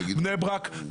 בני ברק.